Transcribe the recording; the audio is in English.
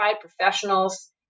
professionals